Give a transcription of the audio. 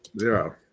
Zero